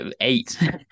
eight